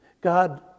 God